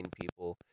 people